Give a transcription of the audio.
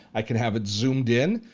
i can have it zoomed in.